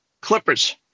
clippers